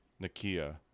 Nakia